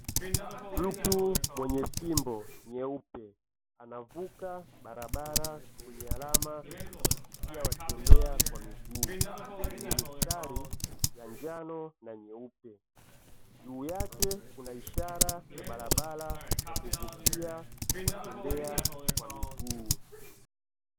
Mtu mwenye fimbo nyeupe, anavuuka barabara kwenye alama ya watembea kwa miguu nimemdai ya njano na nyeusi juu yake kuna ishara ya barabara na kuvutia.